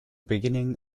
beginning